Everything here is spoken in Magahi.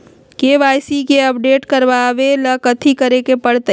के.वाई.सी के अपडेट करवावेला कथि करें के परतई?